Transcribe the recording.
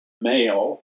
male